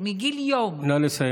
או מגיל יום,